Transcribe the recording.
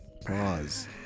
Pause